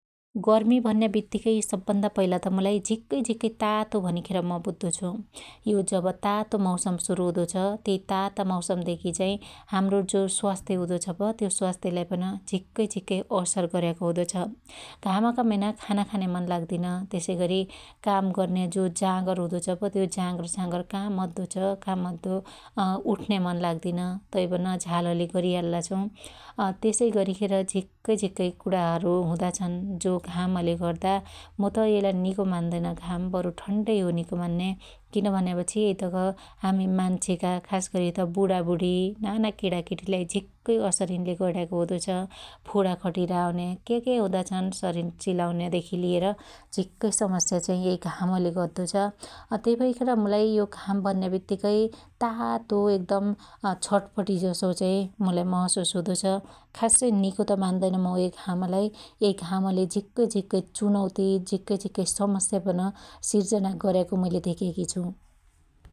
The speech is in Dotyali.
गर्मी भन्या बित्तीकै सब भन्दा पहिला त मुलाई झिक्कै झिक्कै तातो भनिखेर म बद्दो छु । यो जब तातो मौसम सुरु हुदो छ त्यै ताता मौसम देखि चाइ हाम्रो जो स्वास्थ्य हुदो छ प त्यो स्वास्थ्यलाई पन झिक्कै झिक्कै असर गर्याको हुदो छ । घामका मैना खाना खान्या मन लग्दिन त्यसैगरी काम गर्न्या जो जागर हुदो छ प त्यो जागर सागर का मद्दोछ का मद्दो ,अ यठ्न्या मन लाग्दीन तैपन झालले गरीहाल्ला छु । त्यसैगरीखेर झिक्कै झिक्कै कणाहरु हुदा छन् जो घामले गद्दा मुत यइलाई निको मान्दैन घाम बरु ठन्डै हो निको मान्या किन भन्यापछि यैतक हामी मान्छेका खास गरी त बुढाबुढीका रे नाना केणाकेटी लाई झिक्कै असण यिन्ले गर्याको हुदो छ । फोणा खटीरा आउन्या क्याक्या हुदा छन् शरीर चिल्लाउन्या देखि लिएर झिक्कै समस्या चाइ यइ घामले गद्दो छ । त्यइ भैखेर मुलाई यो घाम भन्या बित्तीकै तातो एकदम छटपटी जसो चाइ मुलाई महशुस हुदो छ । खास्सै निको त मान्दैन मु यै घामलाई । यै घामले झिक्कै झिक्कै चुनौती ,झिक्कै झीक्कै समस्या पन सिर्जना गर्याको मुइले धेक्याकी छु ।